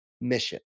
mission